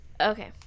okay